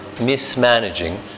mismanaging